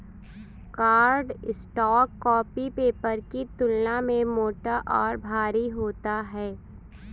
cardstock copy paper की तुलना में मोटा और भारी होता है